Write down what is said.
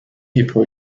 hippo